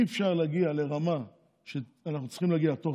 אי-אפשר להגיע לרמה שאנחנו צריכים להגיע אליה תוך